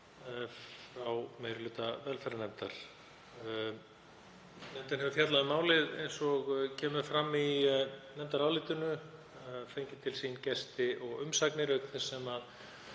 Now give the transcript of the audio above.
frá meiri hluta velferðarnefndar. Nefndin hefur fjallað um málið, eins og kemur fram í nefndarálitinu, og fengið til sín gesti og umsagnir, auk þess